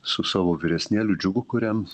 su savo vyresnėliu džiugu kuriam